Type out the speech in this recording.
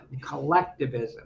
collectivism